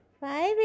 five